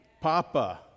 Papa